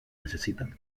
necesitan